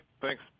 thanks